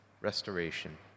restoration